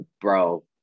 bro